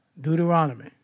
Deuteronomy